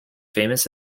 famous